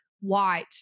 white